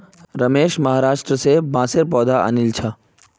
रमेश महाराष्ट्र स बांसेर पौधा आनिल छ